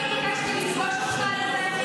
הדרג המקצועי שלי עובד על הנושא הזה,